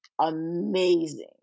amazing